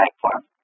platform